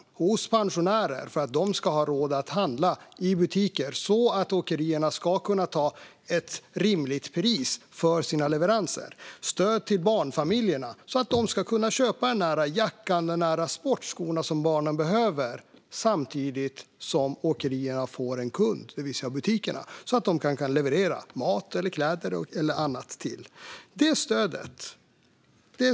Det går till pensionärer för att de ska ha råd att handla i butikerna och så att åkerierna ska kunna ta ut ett rimligt pris för sina leveranser. Vi ger stöd till barnfamiljerna så att de ska kunna köpa den där jackan eller de där sportskorna som barnen behöver. Samtidigt får åkerierna en kund, det vill säga butikerna som de kan leverera mat, kläder eller annat till. Fru talman!